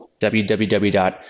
www